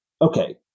Okay